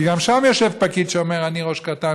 כי גם שם יושב פקיד שאומר: אני ראש קטן,